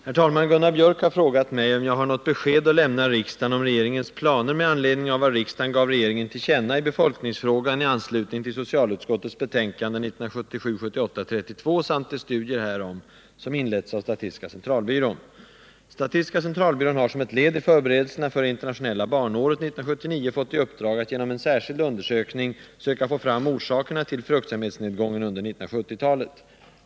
Herr talman! Gunnar Biörck i Värmdö har frågat mig om jag har något besked att lämna riksdagen om regeringens planer med anledning av vad riksdagen gav regeringen till känna i befolkningsfrågan i anslutning till socialutskottets betänkande 1977/78:32 samt de studier härom, som inletts av statistiska centralbyrån. Statistiska centralbyrån har som ett led i förberedelserna för det internationella barnåret 1979 fått i uppdrag att genom en särskild undersökning söka få fram orsakerna till fruktsamhetsnedgången under 1970-talet.